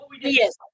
yes